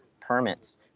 permits